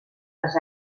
les